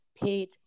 paid